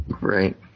right